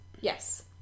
yes